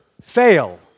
fail